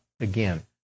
again